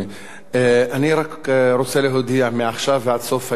אני רק רוצה להודיע: מעכשיו ועד סוף הישיבה,